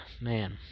Man